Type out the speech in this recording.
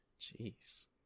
jeez